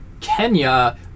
Kenya